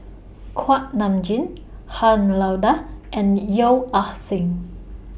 Kuak Nam Jin Han Lao DA and Yeo Ah Seng